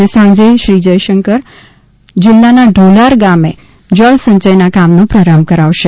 અને સાંજે શ્રી જાયશંકર જિલ્લાના ઢોલાર ગામે જળસંચયના કામનો પ્રારંભ કરાવશે